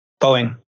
Boeing